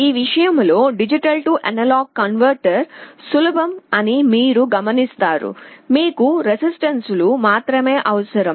ఆ విషయంలో D A converter సులభం అని మీరు గమనిస్తారు మీకు రెసిస్టన్స్స్లు మాత్రమే అవసరం